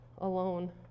alone